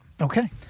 Okay